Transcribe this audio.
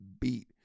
beat